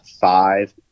five